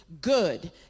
good